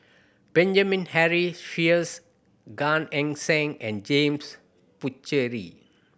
Benjamin Henry Sheares Gan Eng Seng and James Puthucheary